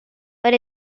but